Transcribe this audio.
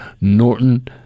Norton